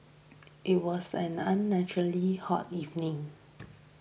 it was an unnaturally hot evening